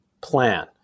plan